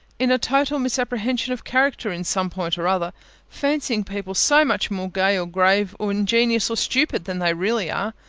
in a total misapprehension of character in some point or other fancying people so much more gay or grave, or ingenious or stupid than they really are,